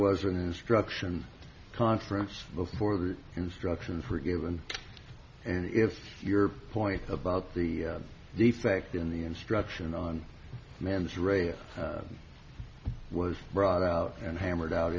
was an instruction conference before the instructions were given and if your point about the defect in the instruction on man's race was brought out and hammered out